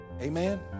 Amen